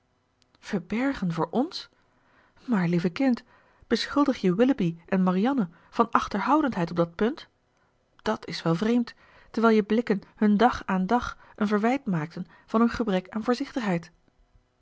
verbergen voor ns maar lieve kind beschuldig je willoughby en marianne van achterhoudendheid op dat punt dàt is wel vreemd terwijl je blikken hun dag aan dag een verwijt maakten van hun gebrek aan voorzichtigheid